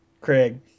Craig